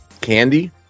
candy